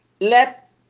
Let